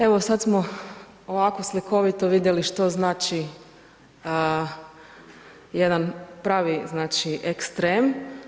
Evo sad smo ovako slikovito vidjeli što znači jedan pravi, znači ekstrem.